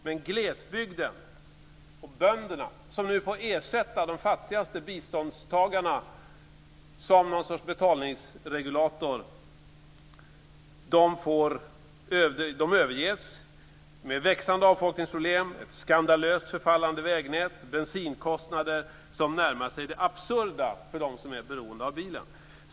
Men glesbygden och bönderna, som nu får ersätta de fattigaste biståndstagarna som någon sorts betalningsregulator, överges med växande avfolkningsproblem, ett skandalöst förfallande vägnät och bensinkostnader som närmar sig det absurda för dem som är beroende av bilen.